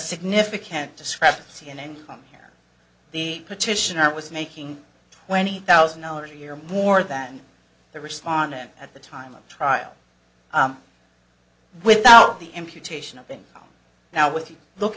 significant discrepancy in income here the petitioner was making twenty thousand dollars a year more than the respondent at the time of trial without the imputation of being now with you look